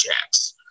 checks